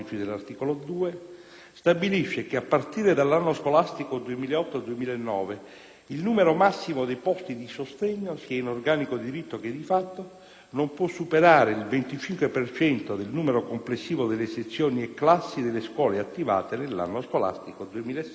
stabilisce che, a partire dall'anno scolastico 2008-2009, il numero massimo dei posti di sostegno, sia in organico di diritto che di fatto, non può superare il 25 per cento del numero complessivo delle sezioni e classi delle scuole attivate nell'anno scolastico 2006-2007.